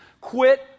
Quit